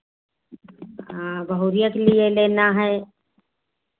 हाँ बहुरिया के लिए लेना है